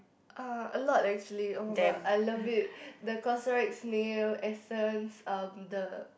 uh a lot actually [oh]-my-god I love it the CosRX snail essence um the